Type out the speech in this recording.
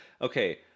okay